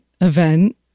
event